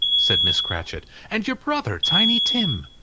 said mrs. cratchit. and your brother, tiny tim!